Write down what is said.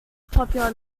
popular